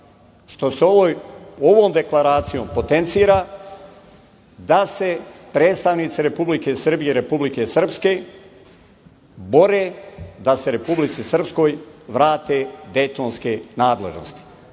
što se ovom deklaracijom potencira da se predstavnici Republike Srbije i Republike Srpske bore da se Republici Srpskoj vrate dejtonske nadležnosti.